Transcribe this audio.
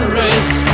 race